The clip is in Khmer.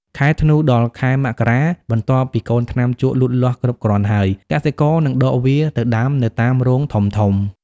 ខែធ្នូ ដល់ ខែមករា បន្ទាប់ពីកូនថ្នាំជក់លូតលាស់គ្រប់គ្រាន់ហើយ កសិករនឹងដកវាទៅដាំនៅតាមរងធំៗ។